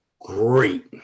great